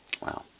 Wow